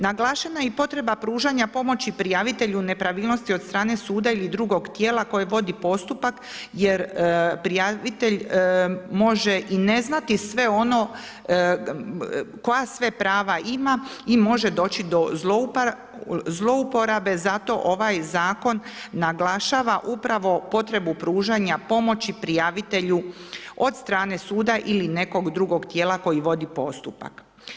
Naglašena je i potreba pružanja pomoći prijavitelju nepravilnosti od strane suda i drugog tijela koji vodi postupak, jer prijavitelj može i ne znati sve ono koja sve prava ima i može doći do zlouporabe, zato ovaj zakon naglašava upravo potrebu pružanju pomoći prijavitelju od strane suda ili nekog drogo tijela koji vodi postupak.